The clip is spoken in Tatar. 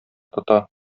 тота